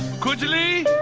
khujli.